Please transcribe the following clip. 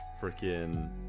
Freaking